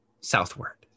southward